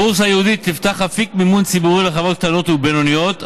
הבורסה הייעודית תפתח אפיק מימון ציבורי לחברות קטנות ובינוניות,